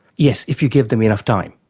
yes, if you give them enough time.